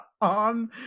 on